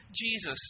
Jesus